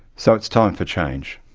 so it's time for change,